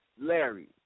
Larry